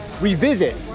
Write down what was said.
revisit